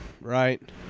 right